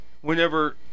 whenever